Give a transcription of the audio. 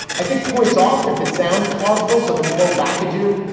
i think points off if it sounds plausible. so the more whack a do,